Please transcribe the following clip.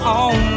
on